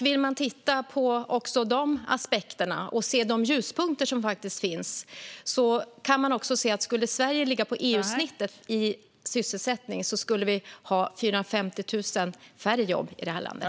Vill man titta också på de aspekterna och se de ljuspunkter som faktiskt finns kan man se att om Sverige skulle ligga på EU-snittet i sysselsättning skulle vi ha 450 000 färre jobb i landet.